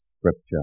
scripture